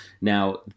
Now